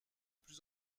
plus